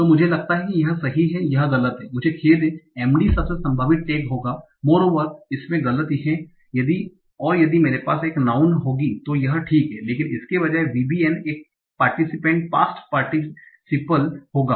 तो मुझे लगता है कि यह सही है यह गलत है मुझे खेद है MD सबसे संभावित टैग होगा मोरओवर इसमें गलत है और यदि मेरे पास एक नाउँन होगी तो यह ठीक है लेकिन इसके बजाय VBN एक पार्टीसीपेंट पास्ट पार्टीसीपियल होगा